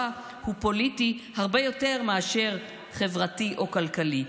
הוא פוליטי הרבה יותר מאשר חברתי או כלכלי.